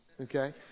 okay